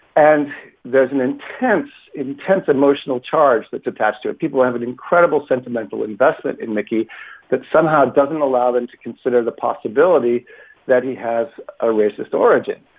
and there's an intense, intense emotional charge that's attached to it. people have an incredible sentimental investment in mickey that somehow doesn't allow them to consider the possibility that he has a racist origin.